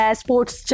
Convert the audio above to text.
sports